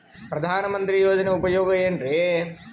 ಪ್ರಧಾನಮಂತ್ರಿ ಯೋಜನೆ ಉಪಯೋಗ ಏನ್ರೀ?